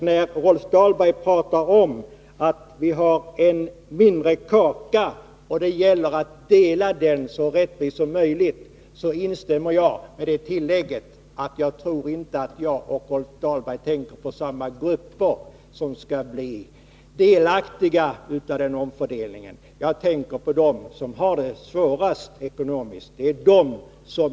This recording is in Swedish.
När Rolf Dahlberg talar om att vi har en mindre kaka som det gäller att dela så rättvist som möjligt så instämmer jag, men med det tillägget att jag inte tror att jag och Rolf Dahlberg har samma uppfattning om vilka grupper som skall bli delaktiga av denna omfördelning. Jag tänker på dem som har det svårast ekonomiskt.